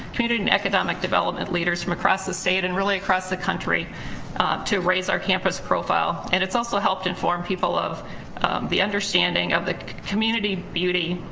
community and economic development leaders from across the state and really across the country to raise our campus profile. and it's also helped inform people of the understanding of the community beauty,